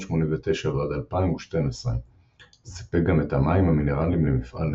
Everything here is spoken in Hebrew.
1989 ועד 2012 סיפק גם את המים המינרליים למפעל נביעות,